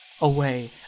away